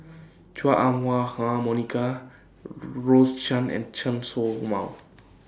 Chua Ah Huwa Monica Rose Chan and Chen Show Mao